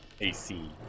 AC